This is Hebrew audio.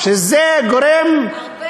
שזה גורם, הרבה יותר.